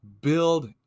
build